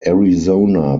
arizona